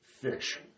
Fish